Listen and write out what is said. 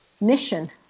mission